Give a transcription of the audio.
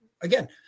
again